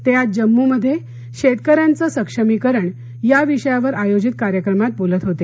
ते आज जम्मू मध्ये शेतक यांचं सक्षमीकरण या विषयावर आयोजित कार्यक्रमात बोलत होते